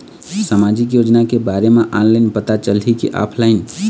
सामाजिक योजना के बारे मा ऑनलाइन पता चलही की ऑफलाइन?